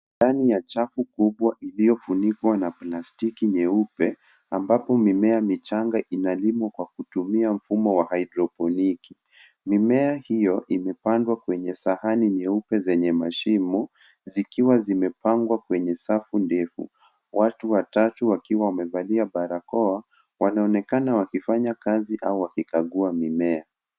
Ndani ya chafu kubwa iliyofunikwa na plastiki nyeupe ambapo mimea michanga inalimwa kwa kutumia mfumo wa hydroponiki. Mimea hiyo imepandwa kwenye sahani nyeupe zenye mashimo zikiwa zimepangwa kwenye safu ndefu, watu watatu wakiwa wamevalia barakoa, wanaonekana wakifanya kazi au wakikagua mimea.